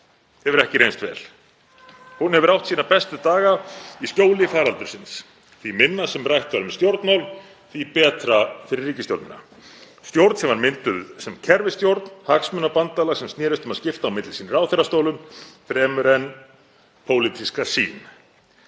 hefur ekki reynst vel. Hún hefur átt sína bestu daga í skjóli faraldursins. Því minna sem rætt var um stjórnmál, því betra fyrir ríkisstjórnina, stjórn sem mynduð var sem kerfisstjórn, hagsmunabandalag sem snerist um að skipta á milli sín ráðherrastólum fremur en pólitíska sýn.